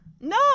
No